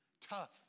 tough